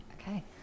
Okay